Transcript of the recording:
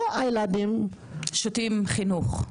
או ילדים --- "שותים" חינוך.